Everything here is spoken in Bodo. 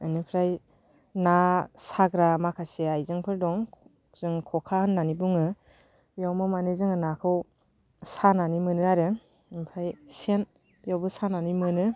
बेनिफ्राय ना साग्रा माखासे आयजेंफोर दं जों ख'खा होननानै बुङो बेयावबो माने जों नाखौ सानानै मोनो आरो ओमफ्राय सेन बेयावबो सानानै मोनो